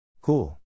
Cool